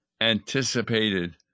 anticipated